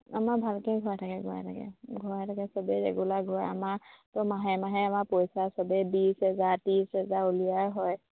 আমাৰ ভালকৈ ঘূৰাই থাকে ঘূৰাই থাকে ঘূূৰাই থাকে সবেই ৰেগুলাৰ ঘূৰাই আমাৰতো মাহে মাহে আমাৰ পইচা সবেই বিছ হেজাৰ ত্ৰিছ হেজাৰ উলিয়াই হয়